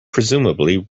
presumably